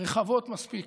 רחבות מספיק.